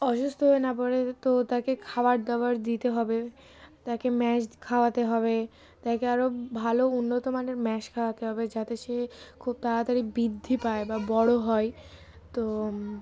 অসুস্থ হয়ে না পড়ে তো তাকে খাবার দাবার দিতে হবে তাকে ম্যাশ খাওয়াতে হবে তাকে আরও ভালো উন্নত মানের ম্যাশ খাওয়াতে হবে যাতে সে খুব তাড়াতাড়ি বৃদ্ধি পায় বা বড়ো হয় তো